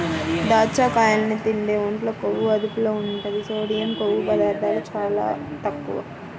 దాచ్చకాయల్ని తింటే ఒంట్లో కొవ్వు అదుపులో ఉంటది, సోడియం, కొవ్వు పదార్ధాలు చాలా తక్కువ